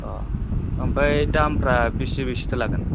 अ ओमफ्राय दाम फ्रा बेसे बेसेथो लागोन